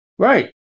Right